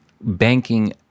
banking